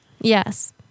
Yes